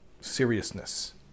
seriousness